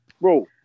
bro